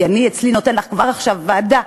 כי אני, אצלי, נותן לך כבר עכשיו ישיבת ועדה,